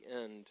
end